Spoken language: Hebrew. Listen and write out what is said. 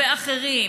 ואחרים,